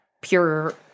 pure